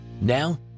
Now